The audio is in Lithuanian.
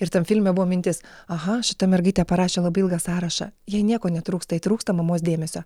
ir tam filme buvo mintis aha šita mergaitė parašė labai ilgą sąrašą jai nieko netrūksta jai trūksta mamos dėmesio